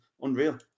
unreal